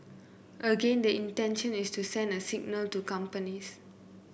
again the intention is to send a signal to companies